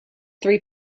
three